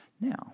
Now